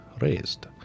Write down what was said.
raised